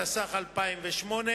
התשס"ח-2008.